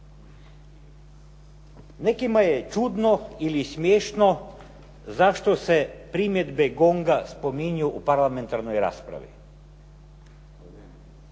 Nekima je čudno ili smiješno zašto se primjedbe GONG-a spominju u parlamentarnoj raspravi.